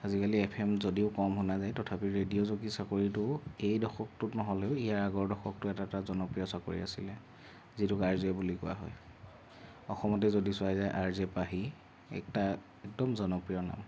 আজিকালি F M যদিও কম শুনা যায় তথাপিও ৰেডিঅ' জকি চাকৰিটো এই দশকটোত নহ'লেও ইয়াৰ আগৰ দশকটোৰ এটা এটা জনপ্ৰিয় চাকৰি আছিলে যিটোক আৰ জে বুলি কোৱা হয় অসমতে যদি চোৱা যায় আৰ জে পাহি এটা একদম জনপ্ৰিয় নাম